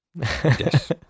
Yes